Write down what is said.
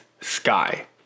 sky